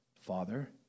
Father